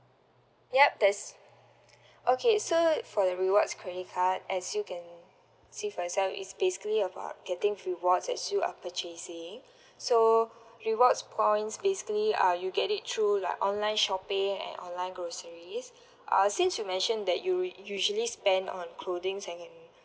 yup that's okay so for the rewards credit card as you can see for yourself it's basically about getting rewards as you are purchasing so rewards points basically uh you get it through like online shopping and online groceries uh since you mentioned that you usually spend on clothing and